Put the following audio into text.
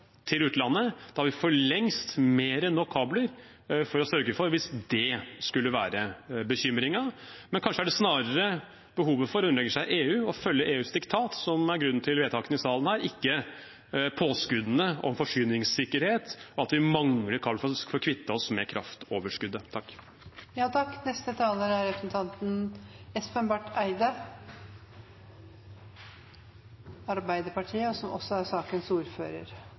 til utlandet. Vi har for lengst mer enn nok kabler til å sørge for det hvis det skulle være bekymringen. Kanskje er det snarere behovet for å underlegge seg EU og følge EUs diktat som er grunnen til vedtakene i salen her, ikke påskuddene om forsyningssikkerhet og at vi mangler kabler for at vi skal få kvittet oss med kraftoverskuddet. Jeg tror ikke representanten Heggelund er